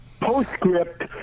postscript